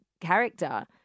character